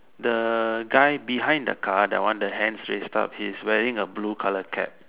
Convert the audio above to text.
the guy behind the car the one the hands raised up his wearing a blue color cap